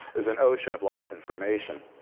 there's an ocean of lost information.